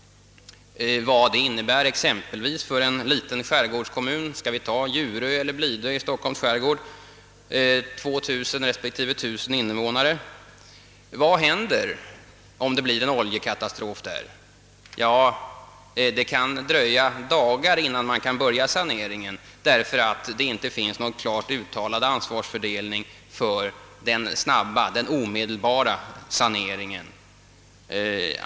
Vad det innebär för en liten skärgårdskommun — vi kan som exempel ta Djurö eller Blidö i Stockholms skärgård med vardera 1000 talet innevånare — är inte svårt att förstå. Vad händer om det där inträffar en oljekatastrof? Det kan dröja dagar innan man kan börja saneringen, därför att det inte finns någon klart uttalad ansvarsfördelning för den omedelbara saneringen.